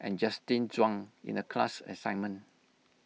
and Justin Zhuang in the class assignment